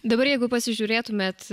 dabar jeigu pasižiūrėtumėt